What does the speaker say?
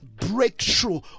breakthrough